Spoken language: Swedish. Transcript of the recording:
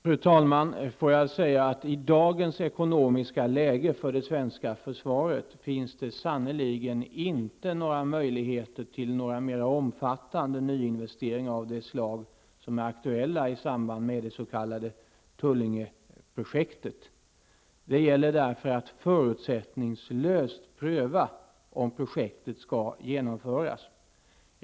Fru talman! Jag vill säga att det i dagens ekonomiska läge för det svenska försvaret sannerligen inte finns möjligheter till några mer omfattande nyinvesteringar av de slag som är aktuella i samband med det s.k. Tullingeprojektet. Det gäller därför att förutsättningslöst pröva om projektet skall genomföras.